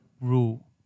rule